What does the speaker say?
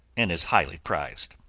and is highly prized.